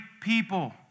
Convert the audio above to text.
people